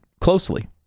closely